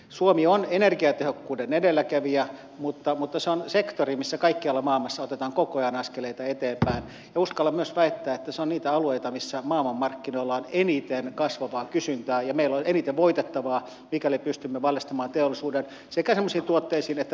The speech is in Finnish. suomi on energiatehokkuuden edelläkävijä mutta se on sektori missä kaikkialla maailmassa otetaan koko ajan askeleita eteenpäin ja uskallan myös väittää että se on niitä alueita missä maailmanmarkkinoilla on eniten kasvavaa kysyntää ja meillä on eniten voitettavaa mikäli pystymme valjastamaan teollisuuden semmoisiin sekä tuotteisiin että prosesseihin